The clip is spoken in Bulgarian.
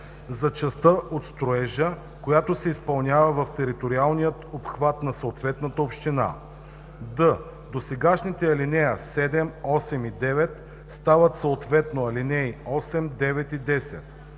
за частта от строежа, която се изпълнява в териториалния обхват на съответната община.“; д) досегашните ал. 7, 8 и 9 стават съответно ал. 8, 9 и 10;